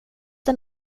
det